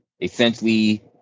essentially